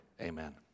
amen